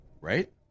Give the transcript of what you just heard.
Right